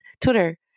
Twitter